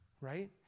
right